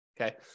Okay